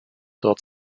dort